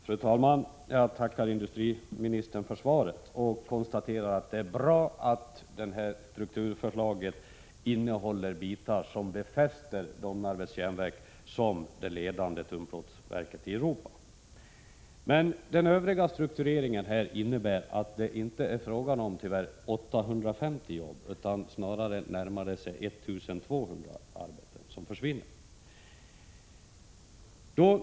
Fru talman! Jag tackar industriministern för svaret och konstaterar att det är bra att strukturförslaget innehåller bitar som befäster Domnarvets Järnverks ställning som det ledande tunnplåtsverket i Europa. Men den övriga strukturen innebär att det tyvärr inte är 850 utan snarare 1 200 arbeten som försvinner.